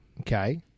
Okay